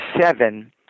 seven